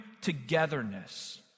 togetherness